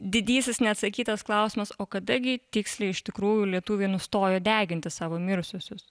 didysis neatsakytas klausimas o kada gi tiksliai iš tikrųjų lietuviai nustojo deginti savo mirusiuosius